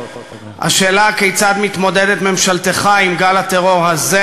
השאלה, כיצד מתמודדת ממשלתך עם גל הטרור הזה?